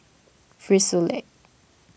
Frisolac